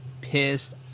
pissed